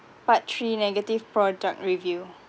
part three negative product review